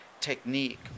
technique